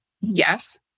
yes